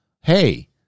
hey